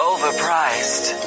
Overpriced